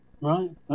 Right